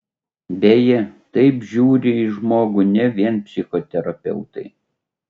beje taip žiūri į žmogų ne vien psichoterapeutai